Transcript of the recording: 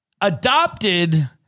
adopted